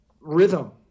rhythm